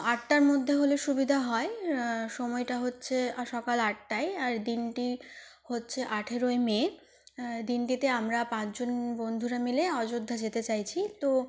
আটটার মধ্যে হলে সুবিধা হয় সময়টা হচ্ছে সকাল আটটায় আর দিনটি হচ্ছে আঠেরোই মে দিনটিতে আমরা পাঁচজন বন্ধুরা মিলে অযোধ্যা যেতে চাইছি তো